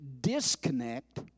disconnect